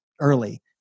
early